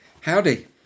Howdy